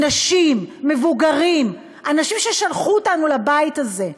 אנשים, מבוגרים, אנשים ששלחו אותנו לבית הזה,